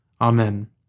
Amen